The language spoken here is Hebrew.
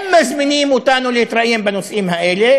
הם מזמינים אותנו להתראיין בנושאים האלה,